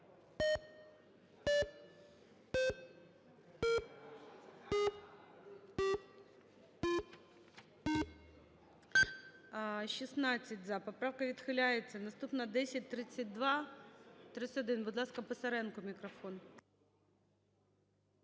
За-16 Поправка відхиляється. Наступна – 1031. Будь ласка, Писаренко мікрофон.